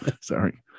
Sorry